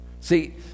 See